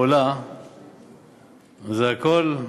עולה זה הכול,